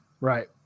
Right